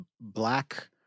black